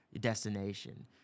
destination